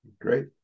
Great